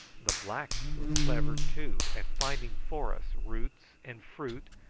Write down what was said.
the blacks were clever, too, at finding for us roots and fruit,